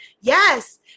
Yes